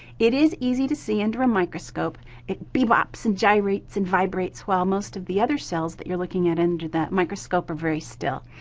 it is easy to see under a microscope it bebops and gyrates and vibrates while most of the other cells that you're looking at under the microscope are very still.